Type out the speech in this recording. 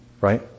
right